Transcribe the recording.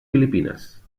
filipines